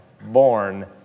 born